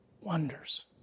wonders